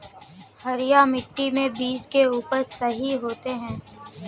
हरिया मिट्टी में बीज के उपज सही होते है?